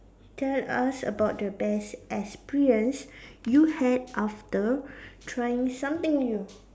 tell us about the best experience you had after trying something new